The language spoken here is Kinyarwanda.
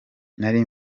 nari